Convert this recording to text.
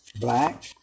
Black